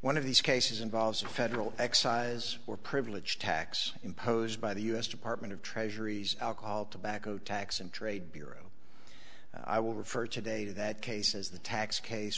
one of these cases involves a federal excise or privileged tax imposed by the us department of treasury alcohol tobacco tax and trade bureau i will refer today to that case as the tax case